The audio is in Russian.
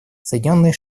соединенные